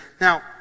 Now